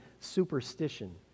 superstition